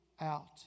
out